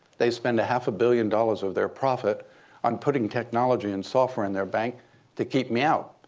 they spend a half a billion dollars of their profit on putting technology and software in their bank to keep me out.